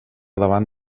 davant